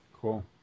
Cool